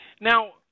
Now